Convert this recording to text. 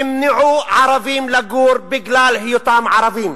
שימנעו מערבים לגור בגלל היותם ערבים.